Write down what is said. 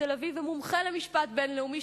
תל-אביב ומומחה למשפט בין-לאומי,